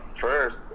first